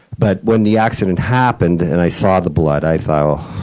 but when the accident happened and i saw the blood, i thought,